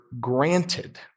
granted